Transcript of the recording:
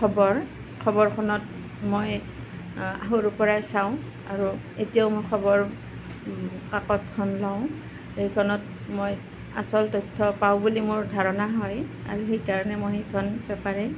খবৰ খবৰখনত মই সৰুৰ পৰাই চাওঁ আৰু এতিয়াও মই খবৰ কাকতখন লওঁ সেইখনত মই আচল তথ্য পাওঁ বুলি মোৰ ধাৰণা হয় আৰু সেইকাৰণে মই সেইখন পেপাৰে